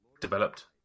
developed